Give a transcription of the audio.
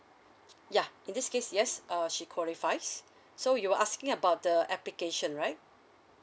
ya in this case yes uh she qualifies so you're asking about the application right